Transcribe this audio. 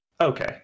Okay